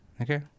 okay